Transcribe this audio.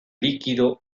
líquido